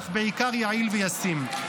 אך בעיקר יעיל וישים.